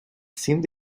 seemed